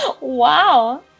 Wow